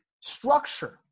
structure